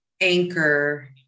anchor